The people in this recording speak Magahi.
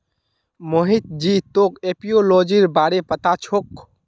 मोहित जी तोक एपियोलॉजीर बारे पता छोक